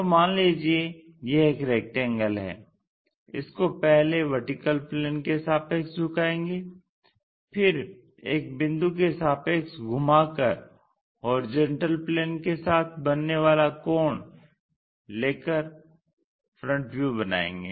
तो मान लीजिये यह एक रेक्टेंगल है इसको पहले VP के सापेक्ष झुकायेंगे फिर एक बिंदु के सापेक्ष घुमाकर HP के साथ बनने वाला कोण लेकर FV बनाएंगे